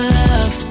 love